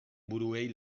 buruei